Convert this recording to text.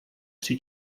tři